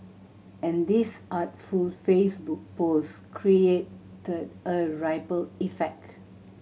and this artful Facebook post created a ripple effect